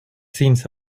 seems